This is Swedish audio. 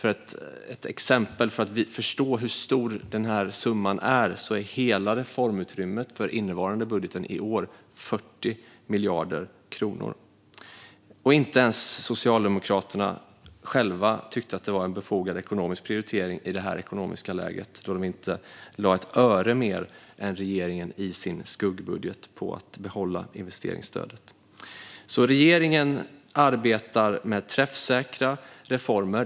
Ett exempel för att man ska förstå hur stor denna summa är är att hela reformutrymmet för den innevarande budgeten i år 40 miljarder kronor. Inte ens Socialdemokraterna själva tyckte att det var en befogad ekonomisk prioritering i detta ekonomiska läge, då de inte lade ett öre mer än regeringen i sin skuggbudget för att behålla investeringsstödet. Regeringen arbetar alltså med träffsäkra reformer.